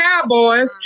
cowboys